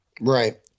Right